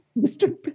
Mr